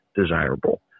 desirable